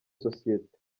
sosiyete